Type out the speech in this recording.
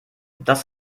das